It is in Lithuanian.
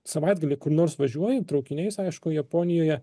savaitgalį kur nors važiuoji traukiniais aišku japonijoje